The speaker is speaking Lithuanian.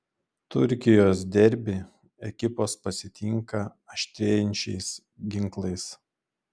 turkijos derbį ekipos pasitinka aštrėjančiais ginklais